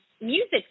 music